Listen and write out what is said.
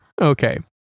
okay